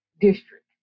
district